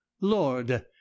lord